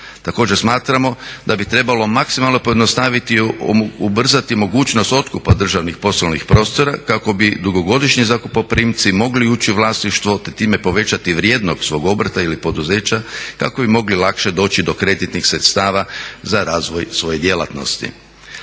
Također smatramo da bi trebalo maksimalno pojednostaviti i ubrzati mogućnost otkupa državnih poslovnih prostora kako bi dugogodišnji zakupoprimci mogli ući u vlasništvo te time povećati vrijednost svog obrta ili poduzeća kako bi mogli lakše doći do kreditnih sredstava za razvoj svoje djelatnosti.